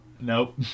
Nope